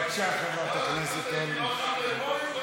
בבקשה, חברת הכנסת אורלי.